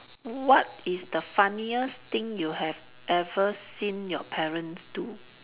what is the funniest thing you have ever seen your parents do